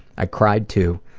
i cried too,